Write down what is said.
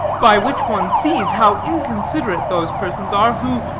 by which one sees how inconsiderate those persons are, who,